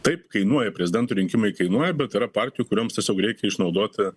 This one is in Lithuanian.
taip kainuoja prezidento rinkimai kainuoja bet yra partijų kurioms tiesiog reikia išnaudoti